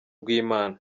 rw’imana